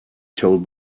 told